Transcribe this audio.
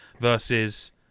versus